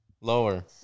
Lower